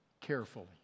carefully